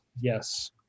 Yes